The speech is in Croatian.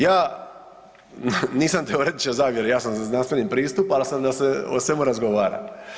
Ja nisam teoretičar zavjere, ja sam za znanstveni pristup ali sam da se o svemu razgovara.